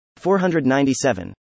497